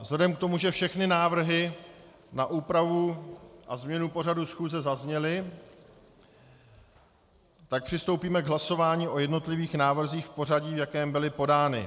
Vzhledem k tomu, že všechny návrhy na úpravu a změnu pořadu schůze zazněly, přistoupíme k hlasování o jednotlivých návrzích v pořadí, v jakém byly podány.